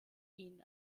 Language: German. ihnen